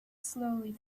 slowly